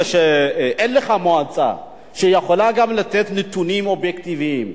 כשאין לך מועצה שיכולה לתת נתונים אובייקטיביים,